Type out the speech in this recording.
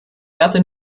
werte